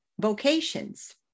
vocations